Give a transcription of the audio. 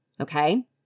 Okay